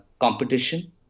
competition